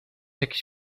jakiś